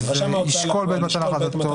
"רשם ההוצאה לפועל ישקול בעת מתן החלטתו